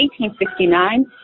1869